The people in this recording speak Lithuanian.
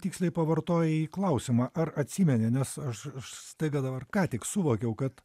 tiksliai pavartojai klausimą ar atsimeni nes aš aš staiga dabar ką tik suvokiau kad